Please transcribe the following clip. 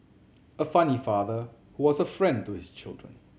a funny father who was a friend to his children